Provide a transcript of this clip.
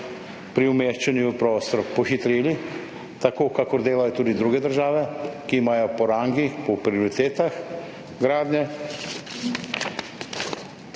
pri umeščanju v prostor, pohitrili? Tako kakor delajo tudi druge države, ki imajo po rangih, po prioritetah gradnje.